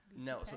No